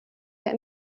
der